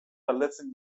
galdetzen